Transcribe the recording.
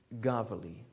Gavali